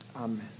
Amen